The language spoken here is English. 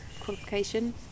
qualification